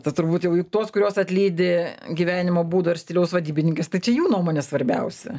tas turbūt jau ir tuos kuriuos atlydi gyvenimo būdo ir stiliaus vadybininkės tai čia jų nuomonė svarbiausia